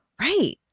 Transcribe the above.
right